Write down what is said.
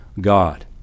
God